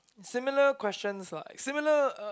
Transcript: similar questions lah similar